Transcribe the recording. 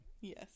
Yes